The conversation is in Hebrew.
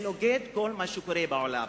זה נוגד את כל מה שקורה בעולם.